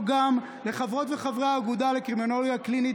ולחברות וחברי האגודה לקרימינולוגיה קלינית